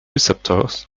receptors